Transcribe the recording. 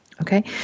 okay